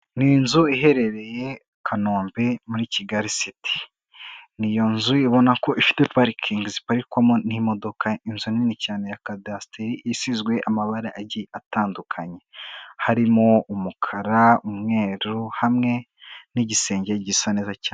Ni inzu iherereye i Kanombe muri Kigali city, ni inzu ubona ko ifite parikingi ziparikwamo n'imodoka, inzu nini cyane ya kadasitiri, isizwe amabara agiye atandukanye, harimo umukara, umweru, hamwe n'igisenge gisa neza cyane.